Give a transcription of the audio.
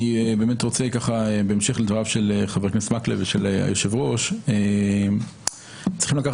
אני רוצה בהמשך דבריו של חבר הכנסת מקלב ושל היושב-ראש צריכים לקחת